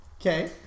Okay